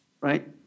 Right